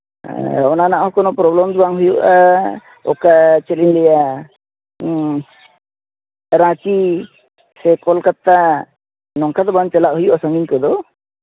ᱚᱱᱟ ᱨᱮᱱᱟᱜᱦᱚᱸ ᱠᱳᱱᱳ ᱯᱨᱚᱵᱞᱮᱢ ᱜᱮ ᱵᱟᱝ ᱦᱩᱭᱩᱜᱼᱟ ᱚᱠᱟ ᱪᱮᱫᱞᱤᱧ ᱞᱟᱹᱭᱟ ᱨᱟᱸᱪᱤ ᱥᱮ ᱠᱳᱞᱠᱟᱛᱟ ᱱᱚᱝᱠᱟᱫᱚ ᱵᱟᱝ ᱪᱟᱞᱟᱜ ᱦᱩᱭᱩᱜᱼᱟ ᱥᱟᱺᱜᱤᱧ ᱠᱚᱫᱚ